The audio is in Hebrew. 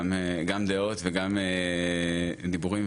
גם דעות וגם דיבורים,